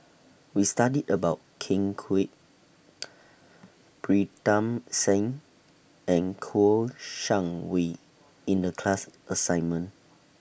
We studied about Ken Kwek Pritam Singh and Kouo Shang Wei in The class assignment